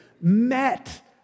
met